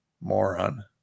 moron